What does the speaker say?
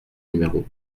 numéro